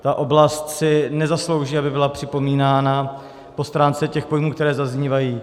Ta oblast si nezaslouží, aby byla připomínána po stránce těch pojmů, které zaznívají.